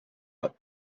but